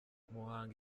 muhanga